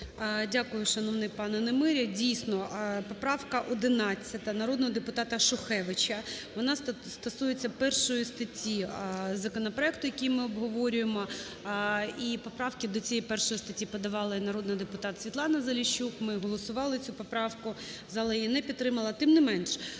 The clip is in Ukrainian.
Дякую, шановний пане Немиря. Дійсно, поправка 11 народного депутата Шухевича вона стосується першої статті законопроекту, який ми обговорюємо. І поправки до цієї першої статті подавали народний депутат СвітланаЗаліщук, ми голосували цю поправку, зала її не підтримала. Тим не менше,